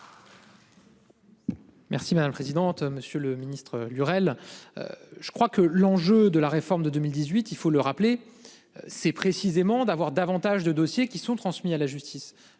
Merci madame présidente. Monsieur le ministre, Lurel. Je crois que l'enjeu de la réforme de 2018, il faut le rappeler. C'est précisément d'avoir davantage de dossiers qui sont transmis à la justice.